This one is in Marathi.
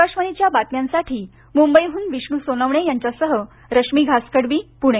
आकाशवाणीच्या बातम्यांसाठी मुंबईहून विष्णू सोनावणे यांच्यासह रश्मी घासकडबी पूणे